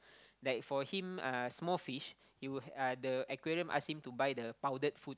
like for him uh small fish he will have uh the aquarium ask him to buy the powdered food